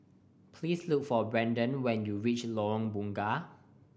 please look for Brandan when you reach Lorong Bunga